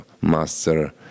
master